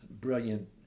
brilliant